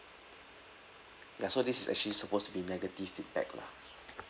ya so this is actually supposed to be negative feedback lah